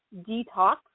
detox